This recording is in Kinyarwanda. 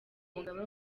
umugaba